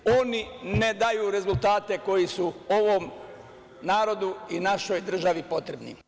Oni ne daju rezultate koji si ovom narodu i našoj državi potrebni.